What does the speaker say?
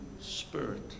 spirit